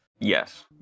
Yes